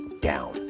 down